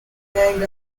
named